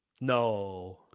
No